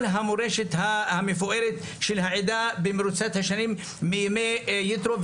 המורשת המפוארת של העדה במרוצת השנים מימי יתרו,